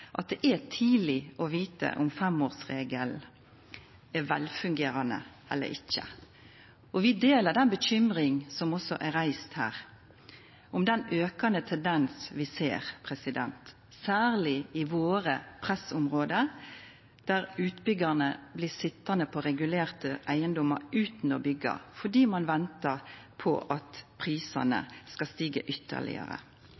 at det er tidleg å vita om femårsregelen er velfungerande eller ikkje. Og vi er bekymra over – som også er sagt her – den aukande tendensen vi ser, særleg i pressområda våre, til at utbyggjarane blir sitjande på regulerte eigedomar utan å byggja, fordi ein ventar på at